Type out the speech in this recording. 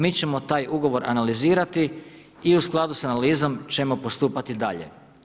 Mi ćemo taj ugovor analizirati i u skladu sa analizom ćemo postupati dalje.